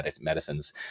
medicines